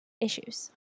issues